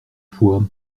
foi